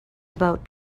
about